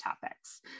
topics